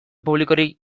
publikorik